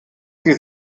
sie